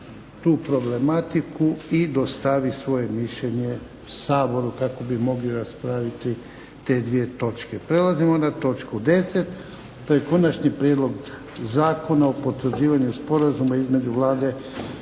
tu problematiku i dostavi svoje mišljenje Saboru kako bi mogli raspraviti te dvije točke. Prelazimo na točku 10. To je - Konačni prijedlog zakona o potvrđivanju Sporazuma između Vlade